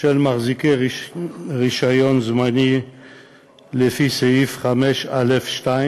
של מחזיקי רישיון זמני לפי סעיף 2(א)(5)